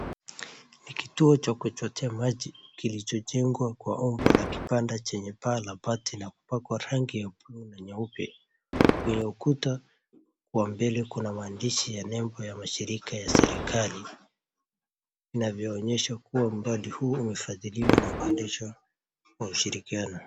Ni kituo cha kuchotea maji kilichojengwa kwa umbo la kibanda chenye paa la bati na kupakwa rangi ya buluu na nyeupe. Kwenye ukuta wa mbele kuna maandishi ya nembo ya mashirika ya serikali, inavyoonyesha kuwa mradi huu umefadhiliwa na kuendeshwa kwa ushirikiano.